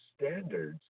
standards